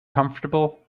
comfortable